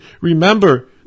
Remember